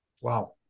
Wow